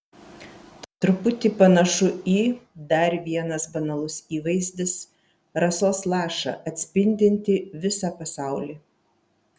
truputį panašu į dar vienas banalus įvaizdis rasos lašą atspindintį visą pasaulį